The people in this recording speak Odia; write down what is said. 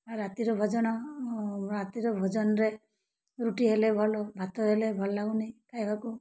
ଆଉ ରାତିର ଭୋଜନ ରାତିର ଭୋଜନରେ ରୁଟି ହେଲେ ଭଲ ଭାତ ହେଲେ ଭଲ ଲାଗୁନି ଖାଇବାକୁ